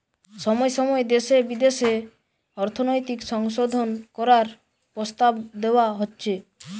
সময় সময় দেশে বিদেশে অর্থনৈতিক সংশোধন করার প্রস্তাব দেওয়া হচ্ছে